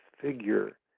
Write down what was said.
figure